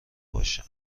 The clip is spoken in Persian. باشه